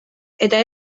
eta